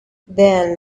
then